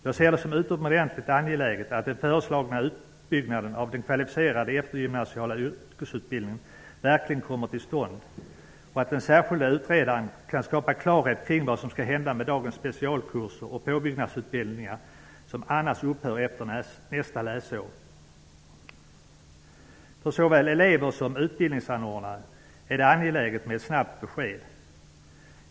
Jag ser det som utomordentligt angeläget att den föreslagna utbyggnaden av den kvalificerade eftergymnasiala yrkesutbildningen verkligen kommer till stånd och att den särskilde utredaren kan skapa klarhet kring vad som skall hända med dagens specialkurser och påbyggnadsutbildningar som annars upphör efter nästa läsår. För såväl elever som utbildningsanordnare är det angeläget med ett snabbt besked.